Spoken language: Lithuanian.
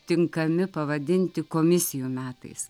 tinkami pavadinti komisijų metais